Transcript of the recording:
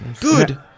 Good